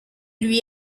lui